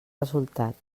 resultat